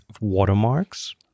watermarks